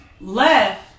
left